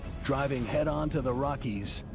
driving head on to the rockies,